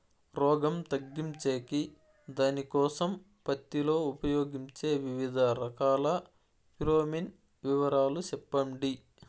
రోగం తగ్గించేకి దానికోసం పత్తి లో ఉపయోగించే వివిధ రకాల ఫిరోమిన్ వివరాలు సెప్పండి